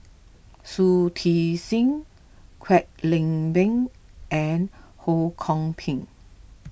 Shui Tit Sing Kwek Leng Beng and Ho Kwon Ping